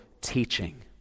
teaching